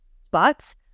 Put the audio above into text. spots